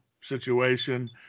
situation